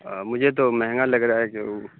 مجھے تو مہنگا لگ رہا ہے کہ او